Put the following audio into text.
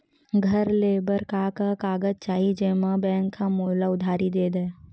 घर ले बर का का कागज चाही जेम मा बैंक हा मोला उधारी दे दय?